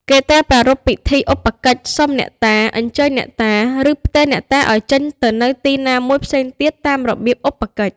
គេត្រូវប្រារព្ធពិធីឧបកិច្ច សុំអ្នកតា អញ្ជើញអ្នកតា ឬផ្ទេរអ្នកតាឱ្យចេញទៅនៅទីណាមួយផ្សេងទៀតតាមរបៀបឧបកិច្ច។